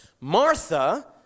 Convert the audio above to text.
Martha